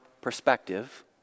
perspective